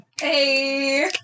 Hey